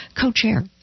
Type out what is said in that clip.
co-chair